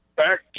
Back